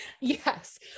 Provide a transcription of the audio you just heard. yes